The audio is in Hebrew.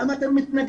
למה אתם מתנגדים?